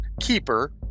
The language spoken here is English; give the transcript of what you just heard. keeper